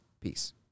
peace